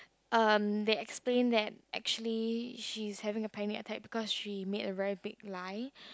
um they explained that actually she is having a panic attack because she made a really big lie